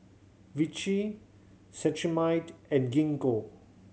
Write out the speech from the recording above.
Vichy Cetrimide and Gingko